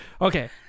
Okay